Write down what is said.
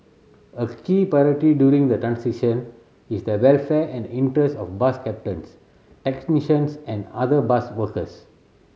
a key priority during the transition is the welfare and interest of bus captains technicians and other bus workers